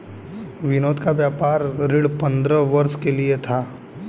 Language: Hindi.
विनोद का व्यापार ऋण पंद्रह वर्ष के लिए था